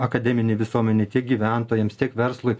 akademinei visuomenei tiek gyventojams tiek verslui